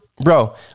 Bro